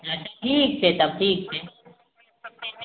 अच्छा ठीक छै तब ठीक छै